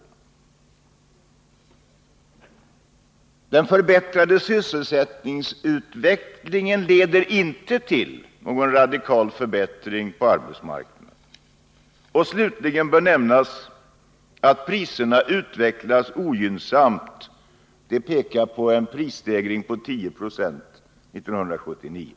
Den förbättrade sysselsättningsutvecklingen leder inte heller till någon radikal förbättring på arbetsmarknaden. Slutligen bör nämnas att priserna utvecklas ogynnsamt — utskottsmajoriteten pekar på en prisstegring på 10 96 år 1979.